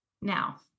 now